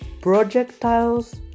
projectiles